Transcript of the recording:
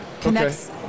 connects